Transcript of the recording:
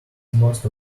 most